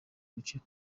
biciwe